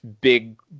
big